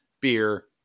beer